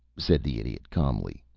said the idiot, calmly.